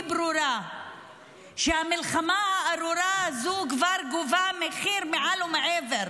ברורה שהמלחמה הארורה הזו כבר גובה מחיר מעל ומעבר.